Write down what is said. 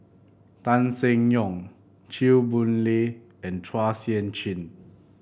Tan Seng Yong Chew Boon Lay and Chua Sian Chin